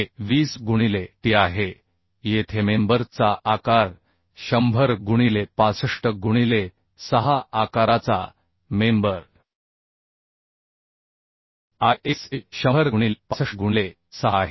हे 20 गुणिले t आहे येथेमेंबर चा आकार 100 गुणिले 65 गुणिले 6 आकाराचा मेंबर ISA 100 गुणिले 65 गुणिले 6 आहे